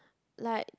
like